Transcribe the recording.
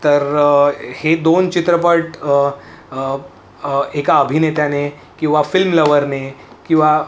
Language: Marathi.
तर हे दोन चित्रपट एका अभिनेत्याने किंवा फिल्मलव्हरने किंवा